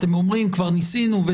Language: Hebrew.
אתם אומרים: כבר ניסינו,